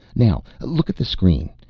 now look, at the screen.